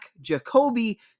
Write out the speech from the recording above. Jacoby